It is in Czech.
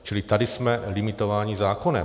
Čili tady jsme limitováni zákonem.